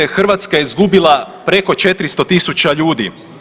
Hrvatska je izgubila preko 400.000 ljudi.